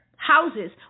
Houses